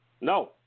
No